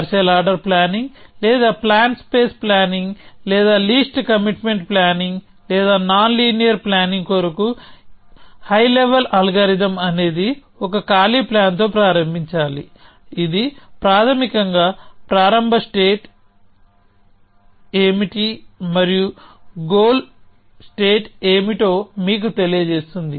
partial order planning లేదా plan space planning లేదా least commitment planning లేదా నాన్ లీనియర్ ప్లానింగ్ కొరకు హై లెవల్ అల్గారిథమ్ అనేది ఒక ఖాళీ ప్లాన్ తో ప్రారంభించాలి ఇది ప్రాథమికంగా ప్రారంభ స్టేట్ ఏమిటి మరియు గోల్ స్టేట్ ఏమిటో మీకు తెలియజేస్తుంది